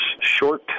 short